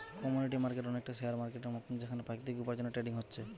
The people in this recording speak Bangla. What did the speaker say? কমোডিটি মার্কেট অনেকটা শেয়ার মার্কেটের মতন যেখানে প্রাকৃতিক উপার্জনের ট্রেডিং হচ্ছে